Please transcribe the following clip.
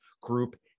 group